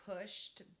pushed